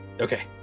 Okay